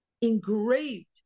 engraved